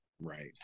Right